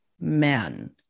men